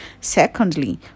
Secondly